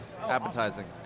appetizing